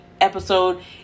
episode